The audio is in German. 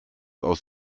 aus